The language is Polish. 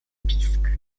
pisk